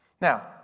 Now